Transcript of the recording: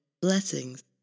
Blessings